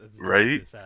Right